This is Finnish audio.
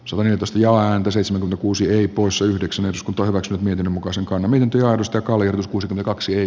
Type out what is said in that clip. suoritus ja antoi seitsemän kuusi neljä poissa yhdeksän osku torro suomi muka sekaantuminen työllistä kaljus kuusi kaksi